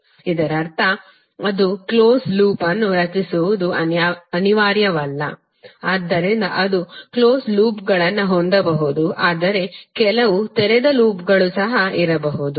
ಇದರರ್ಥ ಅದು close loop ಅನ್ನು ರಚಿಸುವುದು ಅನಿವಾರ್ಯವಲ್ಲ ಆದ್ದರಿಂದ ಅದು ಕ್ಲೋಸ್ ಲೂಪ್ಗಳನ್ನು ಹೊಂದಬಹುದು ಆದರೆ ಕೆಲವು ತೆರೆದ ಲೂಪ್ಗಳು ಸಹ ಇರಬಹುದು